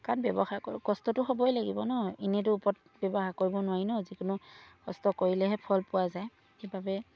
কাৰণ ব্যৱসায় কৰোঁ কষ্টটো হ'বই লাগিব ন ইনেইটো ওপৰত ব্যৱসায় কৰিব নোৱাৰি ন যিকোনো কষ্ট কৰিলেহে ফল পোৱা যায় সেইবাবে